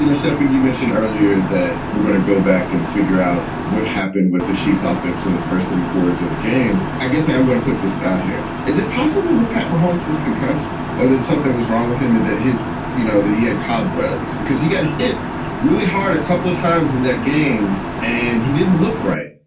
you know stefan, you mentioned earlier that we're gonna go back and figure out what happened with the chiefs off moves in the first three quarters of the game. i guess i am going but to put this out here. is it possible that pat mahomes was concussed or that something was wrong with him? that his you know, that he had cobwebs because he got hit really hard a couple of times in that game and he didn't look right.